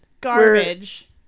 garbage